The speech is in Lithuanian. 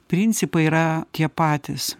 principai yra tie patys